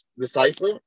decipher